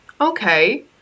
okay